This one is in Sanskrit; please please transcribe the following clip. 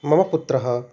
मम पुत्रः